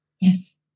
Yes